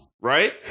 right